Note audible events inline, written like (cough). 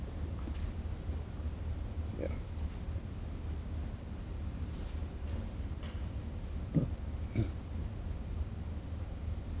yeah (coughs)